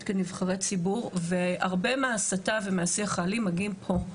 כנבחרי ציבור והרבה מההסתה והשיח האלים מגיע מפה,